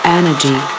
energy